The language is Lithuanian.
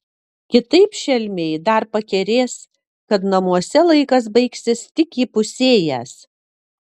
kitaip šelmiai dar pakerės kad namuose laikas baigsis tik įpusėjęs